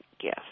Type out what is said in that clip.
gift